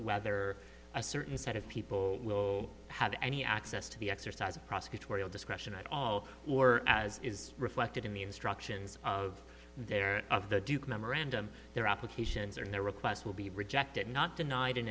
whether a certain set of people have any access to the exercise of prosecutorial discretion at all or as is reflected in the instructions of their of the duke memorandum their applications or their requests will be rejected not denied